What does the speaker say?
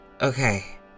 Okay